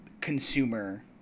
consumer